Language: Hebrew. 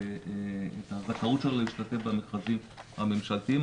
הזכאות שלו להשתתף במכרזים הממשלתיים,